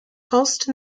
pulsed